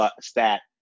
stat